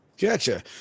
Gotcha